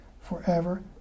forever